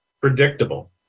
predictable